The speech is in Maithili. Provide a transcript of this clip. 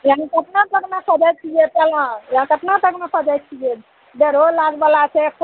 यानि कतना तकमे खोजै छिए पलङ्ग अहाँ कतना तकमे खोजै छिए डेढ़ो लाखवला छै एको